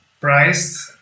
priced